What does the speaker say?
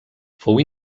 fou